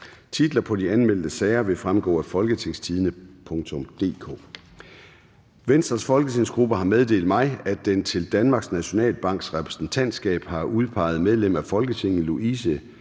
Titler på de anmeldte sager vil fremgå af folketingstidende.dk (jf. ovenfor). Venstres folketingsgruppe har meddelt mig, at den til Danmarks Nationalbanks Repræsentantskab har udpeget medlem af Folketinget Louise